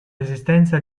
resistenza